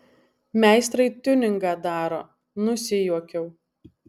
meistrai tiuningą daro nusijuokiau